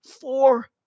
four